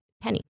Penny